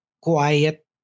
quiet